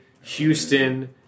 Houston